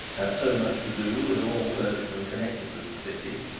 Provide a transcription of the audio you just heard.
had so much to do with all clergymen connected with the city,